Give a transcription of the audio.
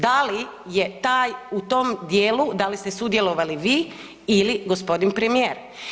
Da li je taj, u tom dijelu da li ste sudjelovali vi ili gospodin premijer?